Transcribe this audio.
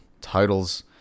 titles